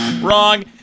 Wrong